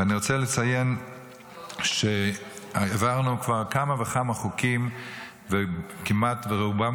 ואני רוצה לציין שהעברנו כבר כמה וכמה חוקים וכמעט רובם